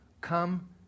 come